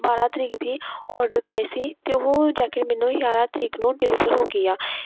ਬਾਰਾਂ ਤਰੀਕ ਦੀ ਆਡਰ ਕਰੀ ਸੀ ਅਤੇ ਉਹ ਜੈਕਟ ਮੈਨੂੰ ਗਿਆਰਾਂ ਤਾਰੀਕ ਨੂੰ ਡਿਲੀਵਰ ਹੋ ਗਈ ਆ